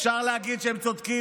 אפשר להגיד שהם צודקים,